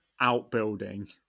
outbuilding